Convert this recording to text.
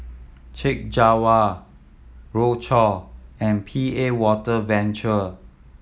Chek Jawa Rochor and P A Water Venture